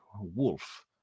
wolf